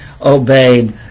obeyed